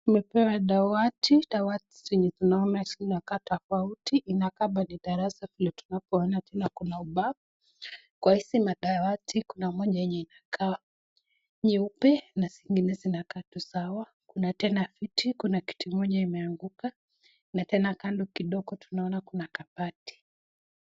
Tumepewa dawati, dawati zenye tunaona zinakaa tofauti. Inakaa ni darasa vile tunavyo ona tena kuna ubao. Kwa hizi madawati kuna moja yenye inakaa nyeupe na zingine zinakaa tu sawa. Kuna tena viti. Kuna kiti moja imeanguka na tena kando kidogo tunaona kuna kabati.